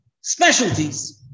specialties